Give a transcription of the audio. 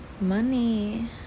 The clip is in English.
money